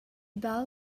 baul